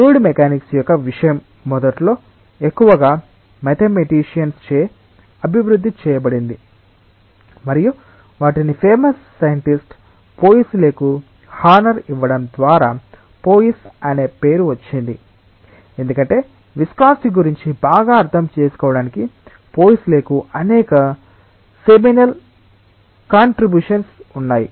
fluid mechanics యొక్క విషయం మొదట్లో ఎక్కువగా మ్యాథమెటిషియన్స్ చే అభివృద్ధి చేయబడింది మరియు వాటిని ఫేమస్ సైంటిస్ట్ పోయిసులేకు హానర్ ఇవ్వడం ద్వారా పోయిస్ అనే పేరు వచ్చింది ఎందుకంటే విస్కాసిటి గురించి బాగా అర్థం చేసుకోవడానికి పోయిసులేకు అనేక సెమినల్ కాన్టిరిబ్యుషన్స్ ఉన్నాయి